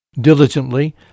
diligently